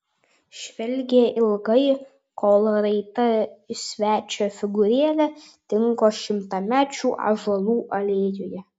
žvelgė ilgai kol raita svečio figūrėlė dingo šimtamečių ąžuolų alėjoje